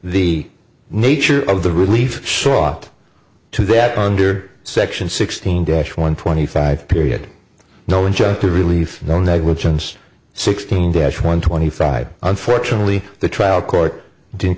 the nature of the relief sought to that under section sixteen dash one twenty five period no injunctive relief no negligence sixteen dash one twenty five unfortunately the trial court didn't